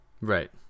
Right